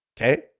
okay